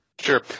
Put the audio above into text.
Sure